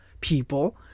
people